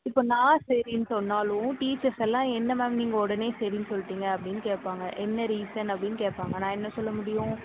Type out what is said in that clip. இப்போ நான் சரின்னு சொன்னாலும் டீச்சர்ஸ் எல்லாம் என்ன மேம் நீங்கள் உடனே சரின்னு சொல்லிவிட்டிங்க அப்படின்னு கேட்பாங்க என்ன ரீசன் அப்படின்னு கேட்பாங்க நான் என்ன சொல்லமுடியும்